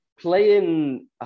playing